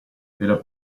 della